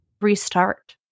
restart